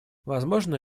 возможно